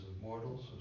mortals